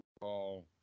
call